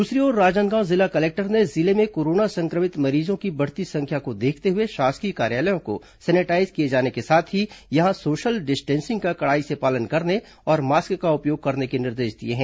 दूसरी ओर राजनांदगांव जिला कलेक्टर ने जिले में कोरोना संक्रमित मरीजों की बढ़ती संख्या को देखते हुए शासकीय कार्यालयों को सैनिटाईज किए जाने के साथ ही यहां सोशल डिस्टेंसिंग का कड़ाई से पालन करने और मास्क का उपयोग करने के निर्देश दिए हैं